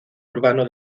urbano